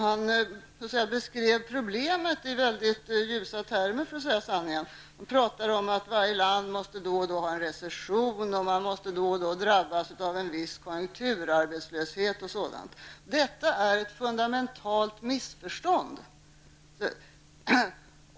Han beskrev problemet i mycket ljusa termer och talade om att varje land då och då måste ha en recession, att man då och då måste drabbas av en viss konjunkturarbetslöshet, osv. Detta är ett fundamentalt missförstånd.